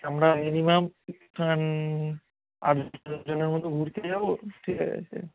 আমরা মিনিমাম আটজনের মতো ঘুরতে যাব ঠিক আছে